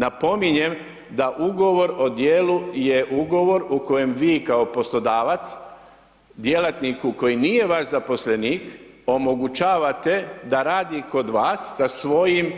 Napominjem da Ugovor o djelu je Ugovor u kojem vi kao poslodavac djelatniku koji nije vaš zaposlenik, omogućavate da radi kod vas sa svojim